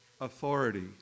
authority